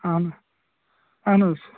اَہَن اَہن حظ